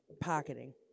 Pocketing